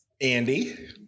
Andy